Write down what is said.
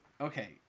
Okay